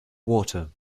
water